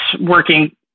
working